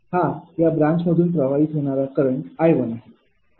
हा या ब्रांच मधून प्रवाहित होणारा करंट 𝐼 आहे